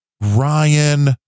Ryan